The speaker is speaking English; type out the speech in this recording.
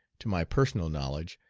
to my personal knowledge,